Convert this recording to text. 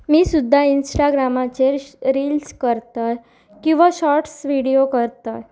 मी सुद्दा इंस्टाग्रामाचेर रिल्स करत किंवां शॉर्ट्स विडियो करता